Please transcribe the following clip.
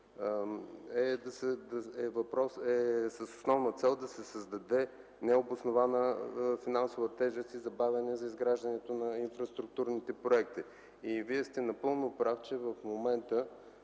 е с основна цел да се създаде необоснована финансова тежест и забавяне за изграждането на инфраструктурните проекти. И Вие сте напълно прав, че в момента,